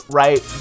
right